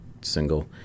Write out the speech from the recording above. single